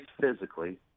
physically